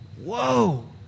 whoa